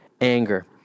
anger